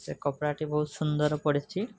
ସେ କପଡ଼ାଟି ବହୁତ ସୁନ୍ଦର ପଡ଼ିଛି